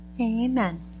Amen